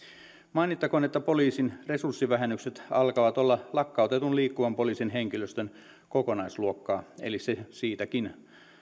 mainittakoon että poliisin resurssivähennykset alkavat olla lakkautetun liikkuvan poliisin henkilöstön kokonaisluokkaa eli se siitäkin